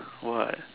what